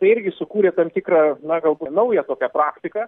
tai irgi sukūrė tam tikrą na galbūt naują tokią praktiką